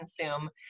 consume